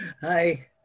Hi